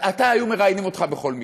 אתה, היו מראיינים אותך בכל מקרה,